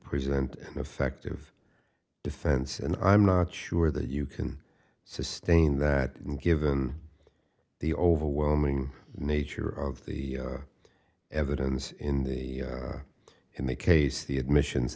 present an effective defense and i'm not sure that you can sustain that given the overwhelming nature of the evidence in the in the case the admissions